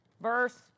verse